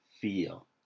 feel